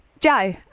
Joe